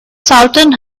southern